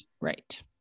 right